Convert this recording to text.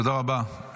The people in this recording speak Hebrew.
תודה רבה.